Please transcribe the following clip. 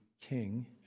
King